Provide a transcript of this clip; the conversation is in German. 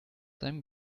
seinem